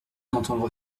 d’entendre